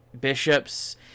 bishops